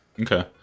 Okay